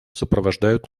сопровождают